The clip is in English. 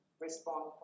respond